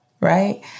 right